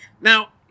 Now